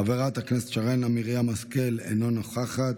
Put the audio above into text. חברת הכנסת שרן מרים השכל, אינה נוכחת.